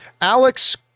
Alex